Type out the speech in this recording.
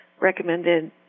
recommended